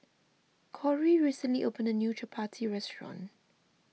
Cory recently opened a new Chappati restaurant